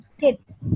kids